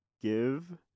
Give